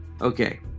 okay